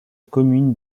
commune